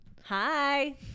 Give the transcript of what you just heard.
Hi